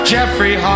Jeffrey